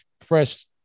fresh